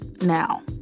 now